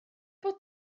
bod